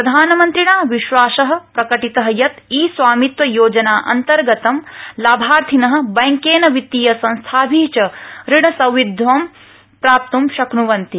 प्रधानमन्त्रिणा विश्वास प्रकटित यत ई स्वामित्व योजना अन्तर्गतं लाभार्थिन बैंकेन वित्तीयसंस्थाभि च ऋण सौविध्यं प्राप्तूं शक्नूवन्ति